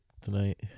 tonight